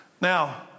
Now